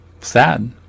sad